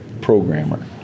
programmer